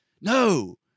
No